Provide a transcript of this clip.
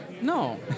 No